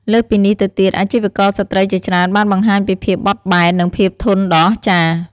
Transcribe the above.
លើសពីនេះទៅទៀត អាជីវករស្ត្រីជាច្រើនបានបង្ហាញពីភាពបត់បែន និងភាពធន់ដ៏អស្ចារ្យ។